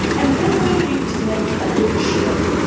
and then we need to make a big shift.